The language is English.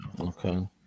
Okay